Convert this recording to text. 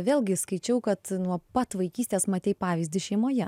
vėlgi skaičiau kad nuo pat vaikystės matei pavyzdį šeimoje